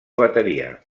bateria